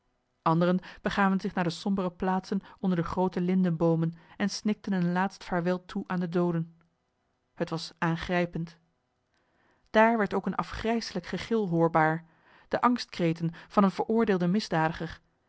anderen begaven zich naar de sombere plaatsen onder de groote lindeboomen en snikten een laatst vaarwel toe aan de dooden t was aangrijpend daar werd ook een afgrijslijk gegil hoorbaar de angstkreten van een veroordeelden misdadiger